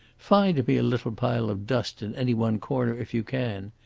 find me a little pile of dust in any one corner if you can!